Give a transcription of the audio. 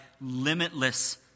limitless